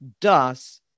Thus